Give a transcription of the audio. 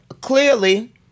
Clearly